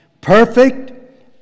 Perfect